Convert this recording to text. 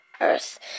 Earth